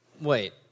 Wait